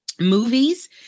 Movies